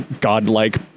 godlike